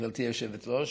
גברתי היושבת-ראש.